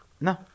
No